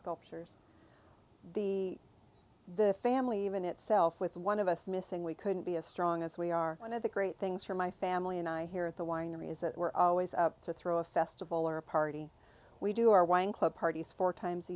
sculptures the family even itself with one of us missing we couldn't be as strong as we are one of the great things for my family and i here at the winery is that we're always to throw a festival or a party we do our wine club parties four times a